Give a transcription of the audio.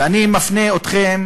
ואני מפנה אתכם